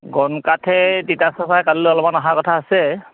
গণ কাঠে তিতাচপাই কালিলৈ অলপমান অহা কথা আছে